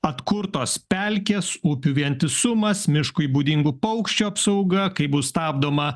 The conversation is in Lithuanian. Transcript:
atkurtos pelkės upių vientisumas miškui būdingų paukščių apsauga kaip bus stabdoma